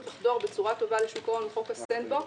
לחדור בצורה טובה לשוק ההון הוא חוק הסנד בוקס,